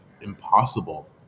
impossible